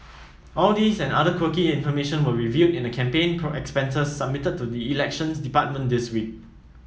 all these and other quirky information were revealed in the campaign poor expenses submitted to the Elections Department this week